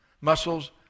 muscles